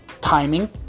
timing